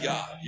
God